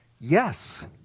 Yes